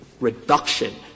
reduction